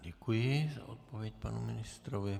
Děkuji za odpověď panu ministrovi.